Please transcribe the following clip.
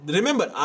Remember